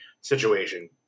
situation